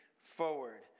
forward